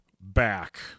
back